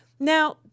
Now